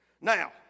Now